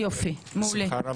רקפת, בבקשה.